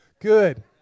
Good